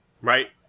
Right